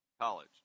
College